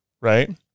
right